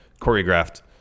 choreographed